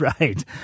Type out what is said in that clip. right